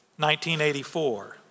1984